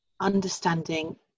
Understanding